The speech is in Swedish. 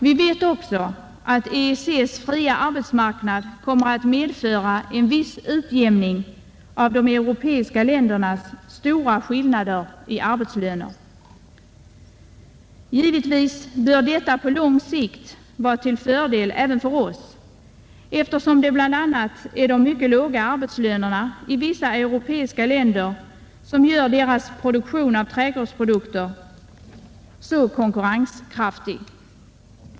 Vi vet också att EEC:s fria arbetsmarknad kommer att medföra en viss utjämning av de stora skillnaderna i arbetslöner mellan de europeiska länderna. Givetvis bör detta på lång sikt vara till fördel även för oss, eftersom det bl.a. är de mycket låga arbetslönerna i vissa europeiska länder som gör deras produktion av trädgårdsprodukter så konkurrenskraftig.